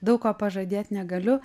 daug ko pažadėt negaliu